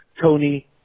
Tony